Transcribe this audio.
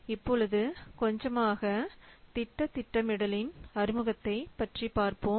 இப்பொழுது கொஞ்சமாக திட்ட திட்டமிடலின் அறிமுகத்தை பற்றி பார்க்கலாம்